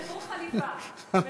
תפרו חליפה מדויקת.